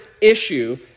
issue